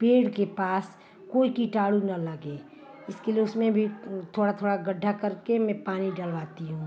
पेड़ के पास कोई कीटाणु न लगे इसके लिए उसमें भी थोड़ा थोड़ा गड्ढा करके में पानी डलवाती हूँ